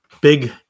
big